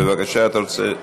בבקשה, אתה רוצה,